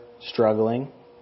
struggling